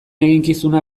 eginkizuna